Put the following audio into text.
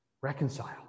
reconcile